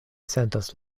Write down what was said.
sentas